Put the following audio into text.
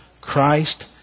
Christ